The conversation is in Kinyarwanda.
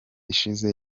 ishize